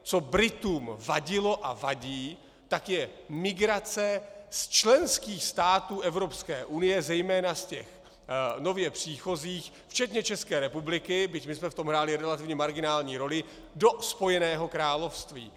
Co Britům vadilo a vadí, je migrace z členských států Evropské unie, zejména z těch nově příchozích včetně České republiky, byť my jsme v tom hráli relativně marginální roli, do Spojeného království.